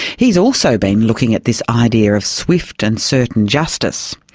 he's also been looking at this idea of swift and certain justice.